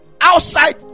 outside